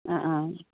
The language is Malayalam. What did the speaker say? ആ ആ